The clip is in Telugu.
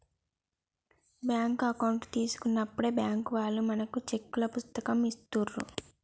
బ్యేంకు అకౌంట్ తీసుకున్నప్పుడే బ్యేంకు వాళ్ళు మనకు చెక్కుల పుస్తకం ఇస్తాండ్రు